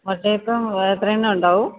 വട്ടയപ്പം എത്ര എണ്ണം ഉണ്ടാവും